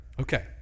Okay